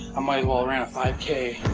i might well ran a five k.